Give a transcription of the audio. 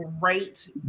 great